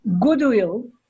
goodwill